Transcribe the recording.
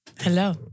Hello